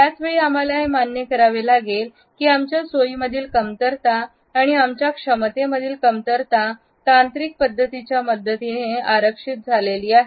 त्याच वेळी आम्हाला हे मान्य करावे लागेल की आमच्या सोयी मधील कमतरता आणि आमच्या क्षमते मधील कमतरता तांत्रिक पद्धतीच्या मदतीने आरक्षित झालेली आहे